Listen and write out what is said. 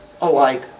alike